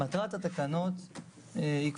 מטרת התקנות היא כפולה.